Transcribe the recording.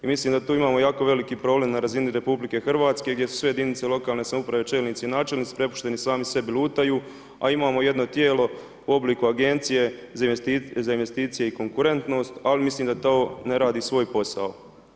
I mislim da tu imamo jako veliki problem na razini Republike Hrvatske gdje su sve jedinice lokalne samouprave čelnici i načelnici prepušteni sami sebi, lutaju a imamo jedno tijelo u obliku Agencije za investicije i konkurentnost, ali mislim da ta ne radi svoj posao.